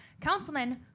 councilman